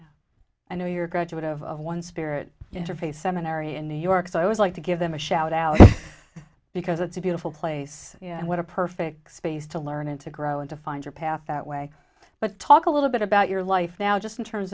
matters i know you're a graduate of one spirit interface seminary in new york so i was like to give them a shout out because it's a beautiful place and what a perfect space to learn and to grow and to find your path that way but talk a little bit about your life now just in terms